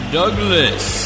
douglas